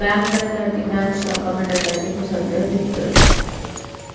bank डकैती bank शाखा में डकैती को संदर्भित करता है